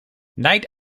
nite